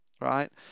right